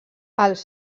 els